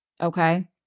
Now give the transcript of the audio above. okay